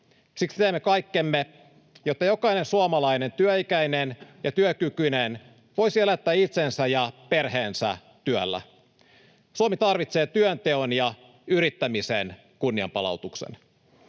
Siksi teemme kaikkemme, jotta jokainen suomalainen työikäinen ja työkykyinen voisi elättää itsensä ja perheensä työllä. Suomi tarvitsee työnteon ja yrittämisen kunnianpalautuksen.